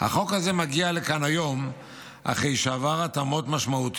החוק הזה מגיע לכאן היום אחרי שעבר התאמות משמעותיות,